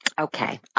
Okay